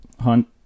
Hunt